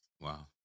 Wow